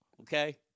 okay